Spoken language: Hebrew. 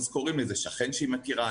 אז קוראים לאיזה שכן שהיא מכירה,